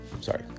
Sorry